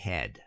Head